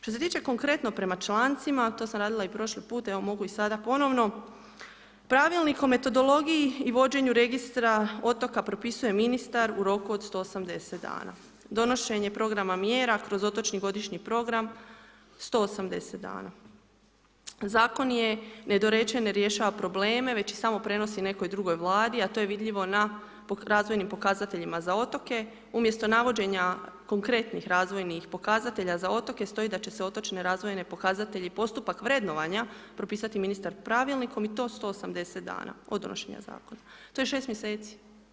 Što se tiče konkretno prema člancima, to sam radila i prošli put, evo mogu i sada ponovno, Pravilnik o metodologiji i vođenju registra otoka propisuje Ministar u roku od 180 dana, donošenje programa mjera kroz Otočni godišnji program 180 dana, Zakon je nedorečen, ne rješava probleme, već ih samo prenosi nekoj drugoj Vladi, a to je vidljivo na razvojnim pokazateljima za otoke, umjesto navođenja konkretnih razvojnih pokazatelja za otoke, stoji da će se otočne razvojne pokazatelji, postupak vrednovanja, propisati ministar Pravilnikom i to 180 dana od donošenja Zakona, to je 6 mjeseci.